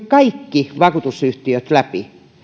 kaikki vakuutusyhtiöt läpi